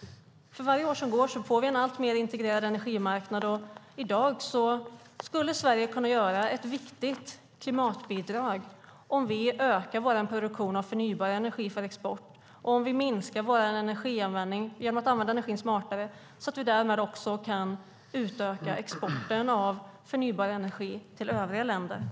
Men för varje år som går får vi en alltmer integrerad energimarknad, och i dag skulle Sverige kunna göra ett viktigt klimatbidrag om vi ökar vår produktion av förnybar energi för export och om vi minskar vår energianvändning genom att använda energin smartare så att vi därmed också kan utöka exporten av förnybar energi till övriga länder.